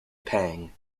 pang